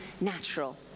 natural